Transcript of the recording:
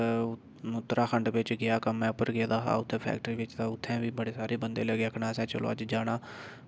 अ उत्तराखंड बिच गेआ क'म्में उप्पर गेदा हा उ'त्थें फैक्ट्री बिच तां उ'त्थें बी बड़े सारे बंदे लग्गे आक्खना असें चलो अज्ज जाना